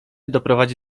doprowadzi